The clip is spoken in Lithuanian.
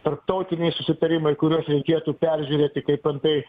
tarptautiniai susitarimai kuriuos reikėtų peržiūrėti kaip antai